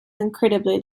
incredibly